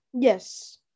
Yes